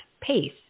pace